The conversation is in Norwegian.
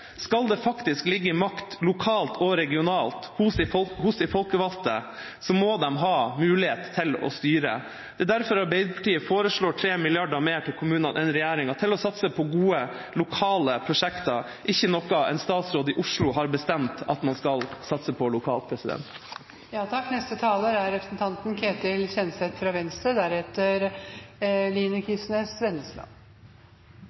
Skal det faktisk ligge makt lokalt og regionalt hos de folkevalgte, må de ha mulighet til å styre. Det er derfor Arbeiderpartiet foreslår 3 mrd. kr mer til kommunene enn regjeringa til å satse på gode, lokale prosjekter – og ikke på noe en statsråd i Oslo har bestemt at man skal satse på lokalt. Jeg vil ta utgangspunkt i foregående taler, Martin Henriksen. Arbeiderpartiet er